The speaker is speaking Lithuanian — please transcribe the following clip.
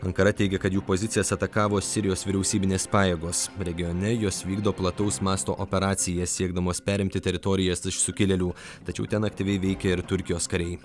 ankara teigia kad jų pozicijas atakavo sirijos vyriausybinės pajėgos regione jos vykdo plataus masto operaciją siekdamos perimti teritorijas iš sukilėlių tačiau ten aktyviai veikia ir turkijos kariai